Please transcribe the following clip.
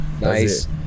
nice